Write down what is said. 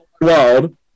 world